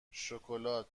شکلات